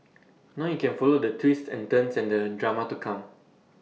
now you can follow the twists and turns and the drama to come